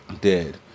dead